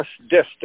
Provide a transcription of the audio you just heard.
distance